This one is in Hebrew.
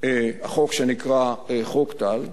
החוק שנקרא חוק טל,